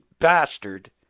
bastard